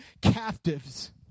captives